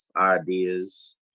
ideas